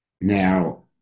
Now